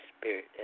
spirit